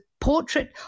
portrait